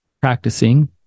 practicing